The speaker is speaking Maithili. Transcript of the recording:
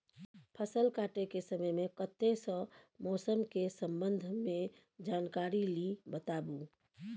फसल काटय के समय मे कत्ते सॅ मौसम के संबंध मे जानकारी ली बताबू?